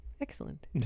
Excellent